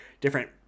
different